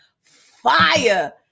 fire